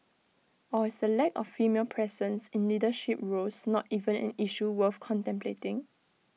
or is the lack of female presence in leadership roles not even an issue worth contemplating